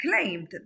claimed